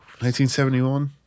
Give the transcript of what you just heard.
1971